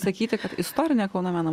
sakyti kad istorinę kauno meno